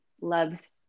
loves